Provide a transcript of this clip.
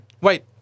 Wait